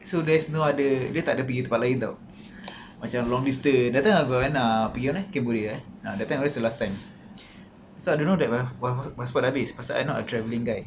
so there's no other dia tak ada pergi tempat lain [tau] macam long distance that time nak go mana ah pergi mana cambodia eh !huh! that time was the last time so I don't know that pa~ pa~ passport dah habis pasal I not a travelling guy